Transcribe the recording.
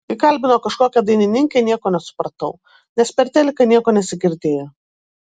kai kalbino kažkokią dainininkę nieko nesupratau nes per teliką nieko nesigirdėjo